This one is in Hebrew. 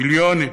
ביליונים,